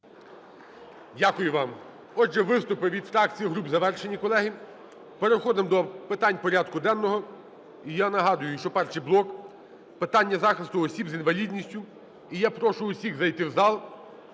Дякую вам. Отже, виступи від фракцій і груп завершені, колеги. Переходимо до питань порядку денного. І я нагадую, що перший блок – питання захисту осіб з інвалідністю. І я прошу усіх зайти в зал,